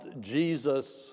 Jesus